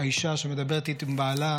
האישה שמדברת עם בעלה,